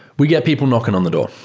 we get people knocking on the door.